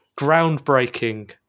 groundbreaking